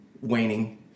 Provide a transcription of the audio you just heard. waning